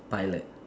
pilot